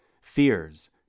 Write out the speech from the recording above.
Fears